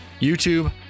YouTube